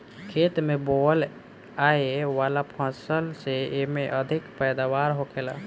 खेत में बोअल आए वाला फसल से एमे अधिक पैदावार होखेला